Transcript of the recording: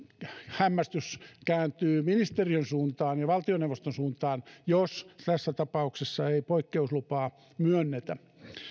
hämmästys kääntyy ministeriön suuntaan ja valtioneuvoston suuntaan jos tässä tapauksessa ei poikkeuslupaa myönnetä